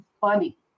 funny